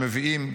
שמביאים,